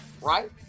right